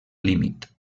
límit